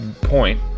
point